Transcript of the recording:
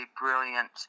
brilliant